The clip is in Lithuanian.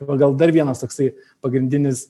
tai va gal dar vienas toksai pagrindinis